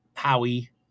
Howie